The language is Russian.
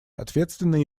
ответственное